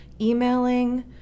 emailing